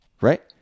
right